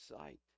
sight